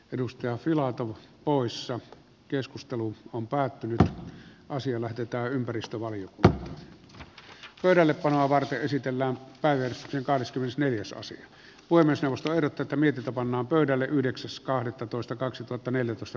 edustaja filatov poissa keskustelu on päättynyt ja asia lähetetään ympäristövaliokuntaan pöydällepanoa varten esitellään päivityskin kahdeskymmenesneljäs osan voi myös nostaa eroteta mitata pannaan pöydälle yhdeksäs kahdettatoista kaksituhattaneljätoista